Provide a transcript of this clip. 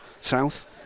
south